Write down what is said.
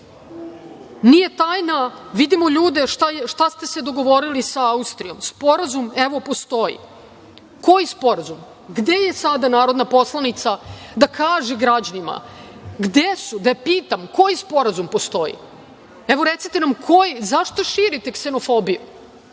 Nije tajna, vidimo ljude. Šta ste se dogovorili sa Austrijom? Sporazum, evo, postoji.“ Koji sporazum? Gde je sada narodna poslanica da kaže građanima, da je pitam koji sporazum postoji? Evo, recite nam, koji? Zašto širite ksenofobiju?